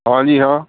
ਹਾਂਜੀ ਹਾਂ